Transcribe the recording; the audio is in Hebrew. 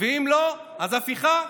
אם לא, אז הפיכה?